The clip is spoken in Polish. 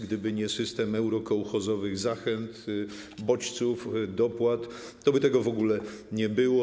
Gdyby nie system eurokołchozowych zachęt, bodźców, dopłat, toby tego w ogóle nie było.